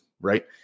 right